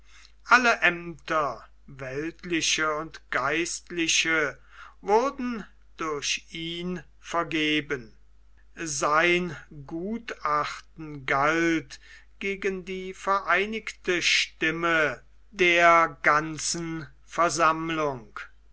alle aemter weltliche und geistliche wurden durch ihn vergeben sein gutachten galt gegen die vereinigte stimme der ganzen versammlung